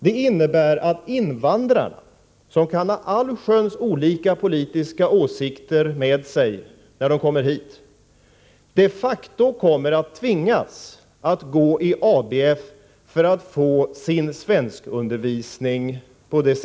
Det innebär också att invandrarna, som kan ha allsköns olika politiska åsikter när de kommer hit, på det sätt som riksdagen nu diskuterar frågan de facto kommer att tvingas att gå i ABF för att få sin svenskundervisning.